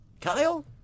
Kyle